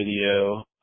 video